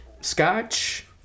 scotch